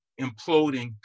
imploding